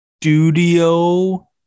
studio